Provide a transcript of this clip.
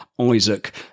Isaac